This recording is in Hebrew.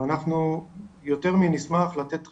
אנחנו יותר מנשמח לתת חיבורים,